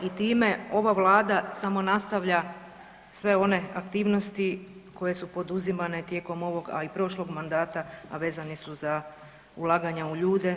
I time ova Vlada samo nastavlja sve one aktivnosti koje su poduzimane tijekom ovog, a i prošlog mandata a vezani su za ulaganja u ljude.